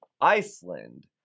Iceland